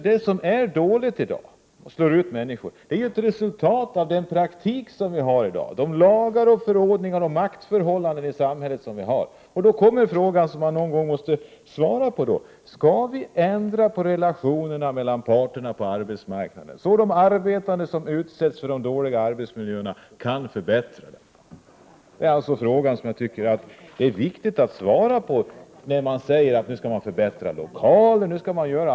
Det som är dåligt i dag och som gör att människor slås ut är ju ett resultat av den situation vi har i praktiken, av de lagar och förordningar och maktförhållanden vi har i samhället. Den fråga som man någon gång måste svara på är: Skall vi ändra på relationerna mellan parterna på arbetsmarknaden, så att de arbetande som utsätts för de dåliga arbetsmiljöerna kan förbättra dessa? Det är den frågan som jag tycker att det är viktigt att svara på när man talar om att man skall förbättra lokaler osv.